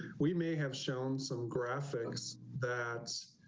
we may have shown some graphics that